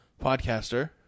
podcaster